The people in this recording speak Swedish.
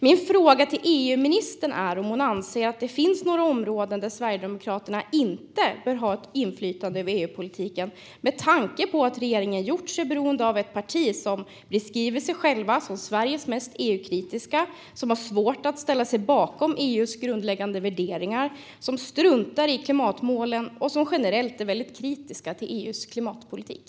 Min fråga till EU-ministern är om hon anser att det finns några områden där Sverigedemokraterna inte bör ha inflytande över EU-politiken med tanke på att regeringen gjort sig beroende av ett parti som beskriver sig självt som Sveriges mest EU-kritiska parti, som har svårt att ställa sig bakom EU:s grundläggande värderingar, som struntar i klimatmålen och som generellt är väldigt kritiskt till EU:s klimatpolitik.